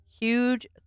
huge